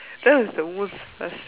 that was the most worst